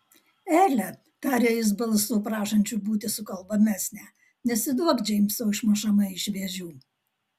ele tarė jis balsu prašančiu būti sukalbamesnę nesiduok džeimso išmušama iš vėžių